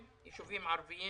זאת עיר מעורבת,